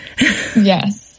Yes